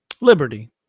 liberty